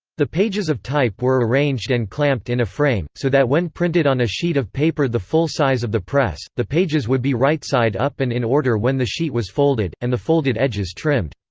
the pages of type were arranged and clamped in a frame, so that when printed on a sheet of paper the full size of the press, the pages would be right side up and in order when the sheet was folded, and the folded edges trimmed.